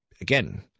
Again